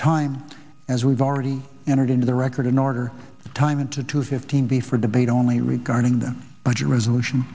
time as we've already entered into the record in order time into two fifteen be for debate only regarding the budget resolution